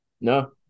no